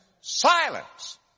silence